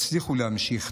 תצליחו להמשיך.